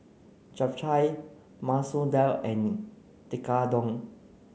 Japchae Masoor Dal and Tekkadon